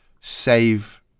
save